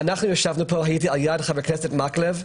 אנחנו ישבנו פה עם חבר הכנסת מקלב,